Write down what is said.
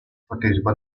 partecipa